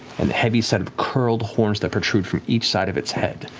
and heavy set of curled horns that protrude from each side of its head.